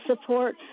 support